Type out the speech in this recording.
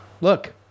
look